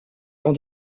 dans